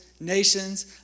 nations